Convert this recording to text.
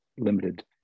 Limited